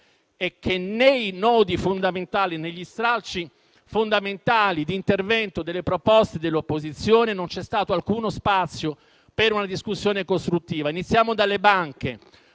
è che nei nodi fondamentali, negli stralci fondamentali di intervento delle proposte dell'opposizione, non c'è stato alcuno spazio per una discussione costruttiva. Iniziamo dalle banche;